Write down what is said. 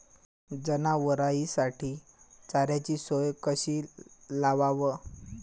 जनावराइसाठी चाऱ्याची सोय कशी लावाव?